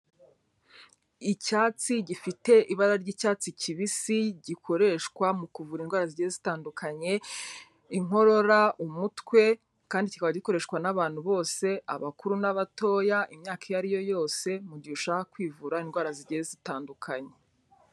Icyatsi gifite ibara ry'icyatsi kibisi gikoreshwa mu kuvura indwara zigiye zitandukanye, inkorora, umutwe kandi kikaba gikoreshwa n'abantu bose, abakuru n'abatoya, imyaka iyo ariyo yose mu gihe ushaka kwivura indwara zigiye zitandukanye.